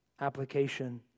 application